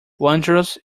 wondrous